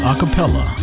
Acapella